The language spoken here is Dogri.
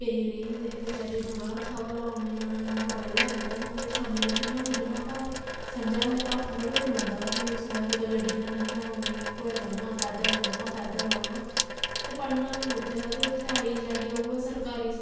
केईं रेही जंदे हे बेचारे दूरा हत्था भला औने जाने गी बडलै निकलना ते शामीं कि'यां पुज्जना घर स'ञै लै घर थोह्ड़े पजोंदा हा ते कुदै गड्डियां निं होंदियां हियां ते उ'ऐ पैदल जाना पैदल औना ते पढ़ना बी कित्थै उत्थें बी आई जाइयै उऐ सरकारी स्कूल